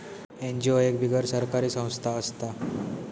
NGO एक बिगर सरकारी संस्था असता